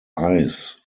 ice